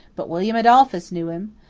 but william adolphus knew him.